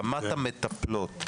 רמת המטפלות.